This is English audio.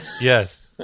yes